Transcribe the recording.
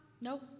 Nope